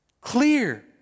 clear